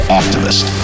activist